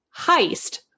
heist